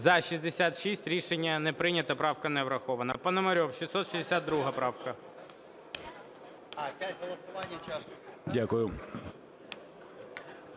За-66 Рішення не прийнято. Правка не врахована. Пономарьов, 662 правка.